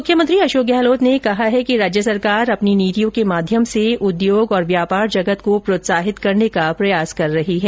मुख्यमंत्री अशोक गहलोत ने कहा है कि राज्य सरकार अपनी नीतियों के माध्यम से उद्योग और व्यापार जगत को प्रोत्साहित करने का प्रयास कर रही हैं